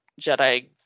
Jedi